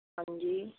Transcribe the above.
ਹਾਂਜੀ